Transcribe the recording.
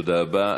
תודה רבה.